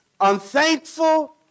unthankful